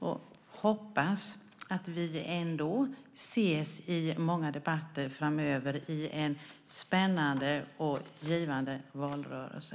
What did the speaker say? Jag hoppas att vi ändå ses i många debatter framöver i en spännande och givande valrörelse.